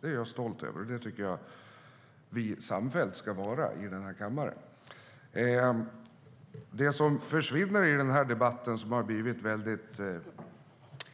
Det är jag stolt över, och det tycker jag att vi samfällt ska vara i den här kammaren. Det som försvinner i debatten, som har blivit